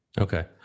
Okay